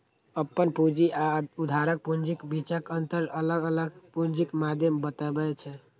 अपन पूंजी आ उधारक पूंजीक बीचक अंतर अलग अलग पूंजीक मादे बतबै छै